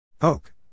Oak